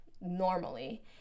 normally